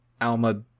Alma